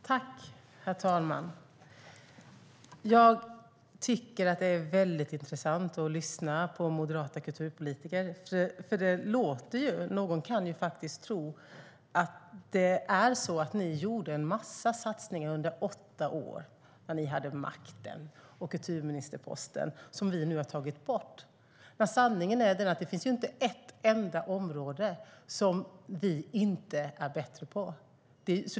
Herr talman! Jag tycker att det är väldigt intressant att lyssna på moderata kulturpolitiker. Någon kan ju faktiskt tro att ni gjorde en massa satsningar under åtta år, när ni hade makten och kulturministerposten, som vi nu har tagit bort. Sanningen är den att det inte finns ett enda område som vi inte är bättre på.